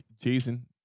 Jason